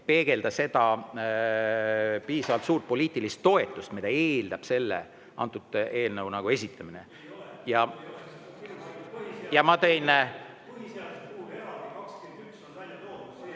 peegelda seda piisavalt suurt poliitilist toetust, mida eeldab sellise eelnõu esitamine. Ja ma tõin ...